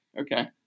Okay